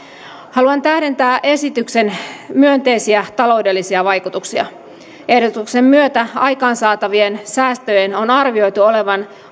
haluan tähdentää esityksen myönteisiä taloudellisia vaikutuksia ehdotuksen myötä aikaansaatavien säästöjen on arvioitu olevan